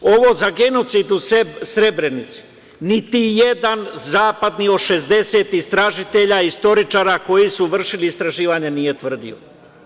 Ovo za genocid u Srebrenici niti jedan zapadni, od 60 istražitelja i istoričara koji su vršili istraživanja nije tvrdio.